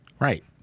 Right